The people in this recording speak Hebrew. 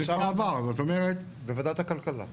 בוועדת הכלכלה.